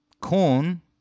Corn